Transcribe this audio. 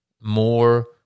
more